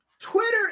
Twitter